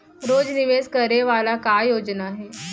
रोज निवेश करे वाला का योजना हे?